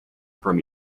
from